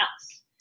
else